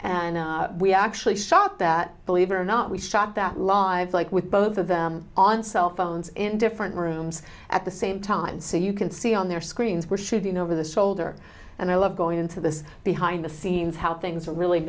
and we actually shot that believe it or not we shot that live like with both of them on cell phones in different rooms at the same time so you can see on their screens where should you know over the shoulder and i love going into this behind the scenes how things are really